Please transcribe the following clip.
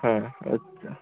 হ্যাঁ আচ্ছা